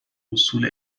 حصول